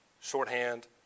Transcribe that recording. Shorthand